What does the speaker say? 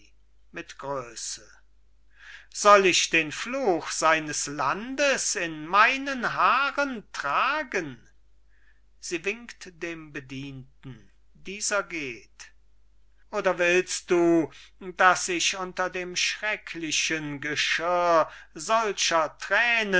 soll ich den fluch seines landes in meinen haaren tragen sie winkt dem bedienten dieser geht oder willst du daß ich unter dem schrecklichen geschirr solcher thränen